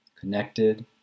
Connected